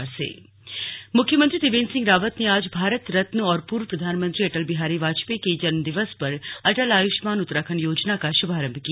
slug Atal Ayushman मुख्यमंत्री त्रिवेन्द्र सिंह रावत ने आज भारत रत्न और पूर्व प्रधानमंत्री अटल बिहारी वाजपेयी के जन्मदिवस पर अटल आयुष्मान उत्तराखंड योजना का श्भारंभ किया